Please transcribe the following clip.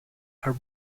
are